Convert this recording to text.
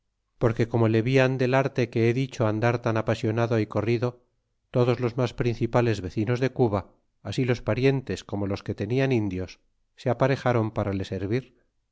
porque como le vian del arte que he dicho andar tan apasionado y corrido todos los mas principales vecinos de cuba así los parientes como los que tenían indios se aparejron para le servir